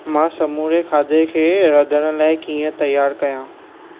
मां समूरे खाधे खे रधणु लाइ कीअं तयारु कयां